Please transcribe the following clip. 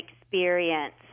experience